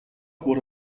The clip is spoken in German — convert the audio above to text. wurde